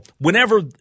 whenever